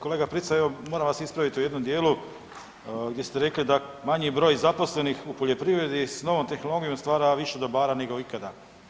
Kolega Prica evo moram vas ispraviti u jednom dijelu gdje ste rekli da manji broj zaposlenih u poljoprivredi sa novom tehnologijom stvara više dobara nego ikada.